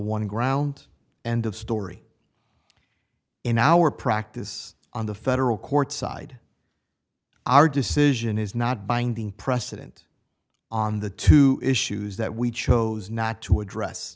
one ground end of story in our practice on the federal court side our decision is not binding precedent on the two issues that we chose not to address